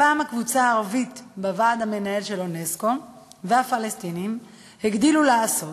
הפעם הקבוצה הערבית בוועד המנהל של אונסק"ו והפלסטינים הגדילו לעשות